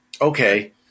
okay